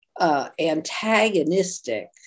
Antagonistic